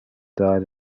died